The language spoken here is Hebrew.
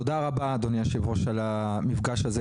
קודם כל תודה רבה אדוני היושב-ראש על המפגש הזה,